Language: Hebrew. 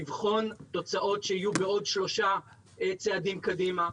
לבחון תוצאות שיהיו בעוד שלושה צעדים קדימה,